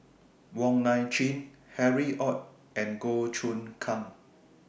Wong Nai Chin Harry ORD and Goh Choon Kang